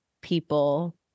people